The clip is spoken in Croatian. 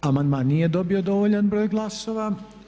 Amandman nije dobio dovoljan broj glasova.